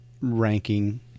ranking